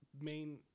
main